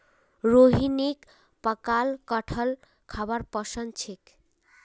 रोहिणीक पकाल कठहल खाबार पसंद छेक